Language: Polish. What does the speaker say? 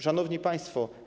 Szanowni Państwo!